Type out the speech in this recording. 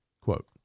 Quote